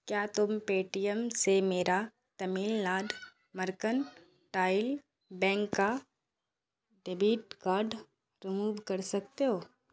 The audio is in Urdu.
کیا تم پے ٹی ایم سے میرا تمل ناڈو مرکنٹائل بینک کا ڈیبٹ کارڈ رموو کر سکتے ہو